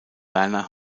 werner